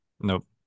Nope